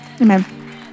amen